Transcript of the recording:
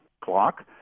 clock